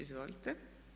Izvolite.